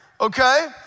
okay